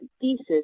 thesis